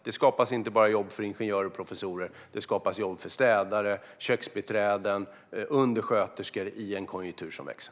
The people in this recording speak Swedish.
Det skapas inte bara jobb för ingenjörer och professorer utan även för städare, köksbiträden och undersköterskor i en konjunktur som växer.